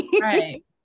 Right